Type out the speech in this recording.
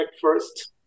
first